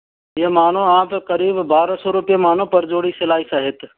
ये मानो आप करीब बारह सौ रुपये मानो पर जोड़ी सिलाई सहित